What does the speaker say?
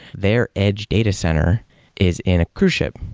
their edge data center is in a cruise ship,